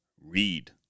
read